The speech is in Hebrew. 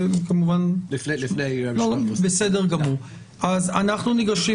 מכובדיי, אנחנו ניגשים